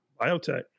Biotech